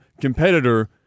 competitor